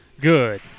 Good